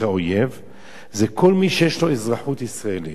כל מי שיש לו אזרחות ישראלית נקרא אויב,